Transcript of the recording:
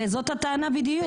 הרי, זאת הטענה בדיוק.